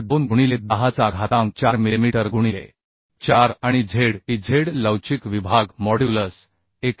2 गुणिले 10चा घातांक 4 मिलिमीटर गुणिले 4 आणि Z ez लवचिक विभाग मॉड्यूलस 91